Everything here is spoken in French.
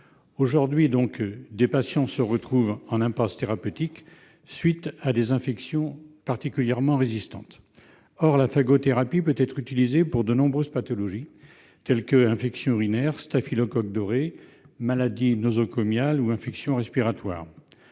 Aujourd'hui, des patients se retrouvent donc en impasse thérapeutique en raison d'infections particulièrement résistantes. Or la phagothérapie peut être utilisée pour de nombreuses pathologies, telles que les infections urinaires, les staphylocoques dorés, les maladies nosocomiales ou les infections respiratoires.